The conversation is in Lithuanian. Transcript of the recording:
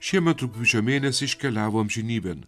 šiemet rugpjūčio mėnesį iškeliavo amžinybėn